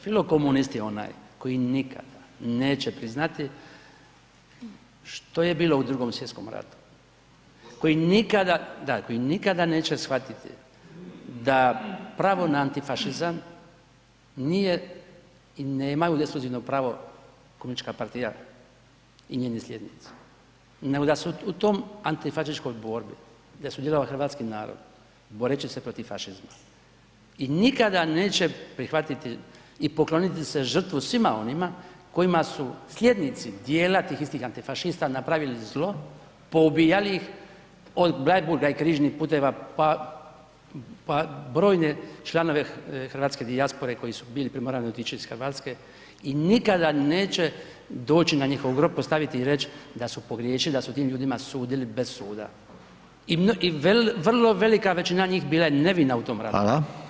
Filokomunist je onaj koji nikada neće priznati što je bilo u II. svj. ratu, koji nikada neće shvatiti da pravo na antifašizam nije i nemaju ... pravo Komunistička partija i njeni slijednici nego da su u toj antifašističkoj borbi da su djelovali hrvatski narodi boreći se protiv fašizma i nikada neće prihvatiti i pokloniti žrtvi svima onima kojima su slijednici djela tih istih antifašista napravili zlo, poubijali ih od Bleiburga i križnih puteva pa brojne članove hrvatske dijaspore koji su bili primorani otići iz Hrvatske i nikada doći na njihov grob, postaviti i reći da su pogriješili, da su tim ljudima sudili bez suda i vrlo velika većina njih bila je nevina u tom ratu.